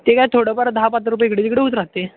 ते काय थोडंफार दहा पंधरा रुपये इकडं तिकडे होऊन राहते